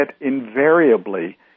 invariably